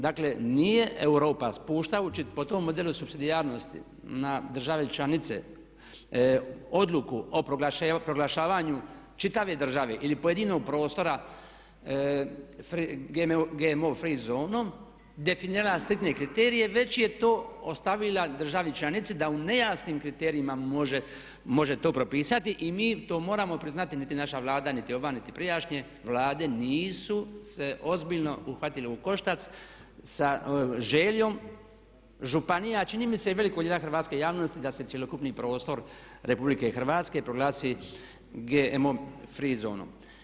Dakle, nije Europa spuštajući po tom modelu supsidijarnosti na države članice odluku o proglašavanju čitave države ili pojedinog prostora GMO free zonom definirale striktne kriterije već je to ostavila državi članici da u nejasnim kriterijima može to propisati i mi to moramo priznati niti naša Vlada niti ova niti prijašnje vlade nisu se ozbiljno uhvatili u koštac sa željom županija, a čini mi se i velikog dijela hrvatske javnosti da se cjelokupni prostor Republike Hrvatske proglasi GMO free zonom.